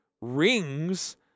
rings